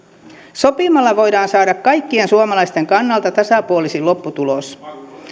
sopimalla voidaan saada kaikkien suomalaisten kannalta tasapuolisin lopputulos